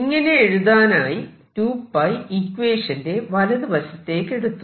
ഇങ്ങനെ എഴുതാനായി 2𝜋 ഇക്വേഷന്റെ വലതുവശത്തേക്കെടുത്തു